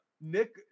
Nick